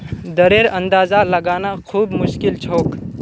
दरेर अंदाजा लगाना खूब मुश्किल छोक